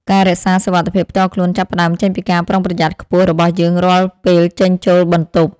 ការរក្សាសុវត្ថិភាពផ្ទាល់ខ្លួនចាប់ផ្តើមចេញពីការប្រុងប្រយ័ត្នខ្ពស់របស់យើងរាល់ពេលចេញចូលបន្ទប់។